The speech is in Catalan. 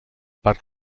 parc